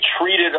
treated